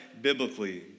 biblically